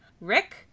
Rick